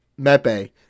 Mepe